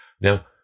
Now